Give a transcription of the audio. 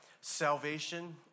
salvation